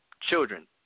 children